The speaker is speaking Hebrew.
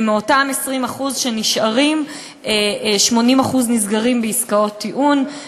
ומאותם 20% שנשארים 80% נסגרים בעסקאות טיעון,